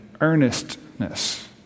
earnestness